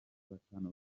batanu